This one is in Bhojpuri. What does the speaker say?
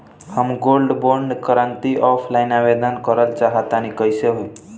हम गोल्ड बोंड करंति ऑफलाइन आवेदन करल चाह तनि कइसे होई?